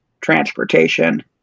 transportation